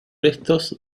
restos